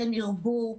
כן ירבו,